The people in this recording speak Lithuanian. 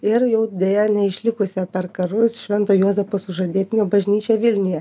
ir jau deja neišlikusią per karus švento juozapo sužadėtinio bažnyčią vilniuje